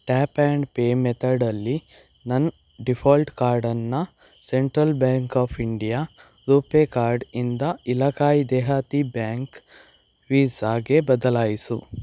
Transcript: tap and pay ಮೆಥಡಲ್ಲಿ ನನ್ನ default ಕಾರ್ಡನ್ನು central bank of India RuPay ಕಾರ್ಡ್ಯಿಂದ ಇಲಾಕಾಯೀ ದೇಹಾತಿ ಬ್ಯಾಂಕ್ ವೀಸಾಗೆ ಬದಲಾಯಿಸು